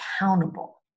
accountable